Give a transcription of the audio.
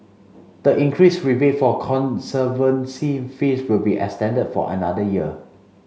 the increased rebate for conservancy fees will be extended for another year